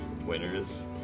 winners